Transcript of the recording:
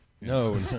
No